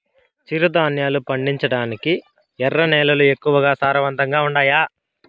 చిరుధాన్యాలు పండించటానికి ఎర్ర నేలలు ఎక్కువగా సారవంతంగా ఉండాయా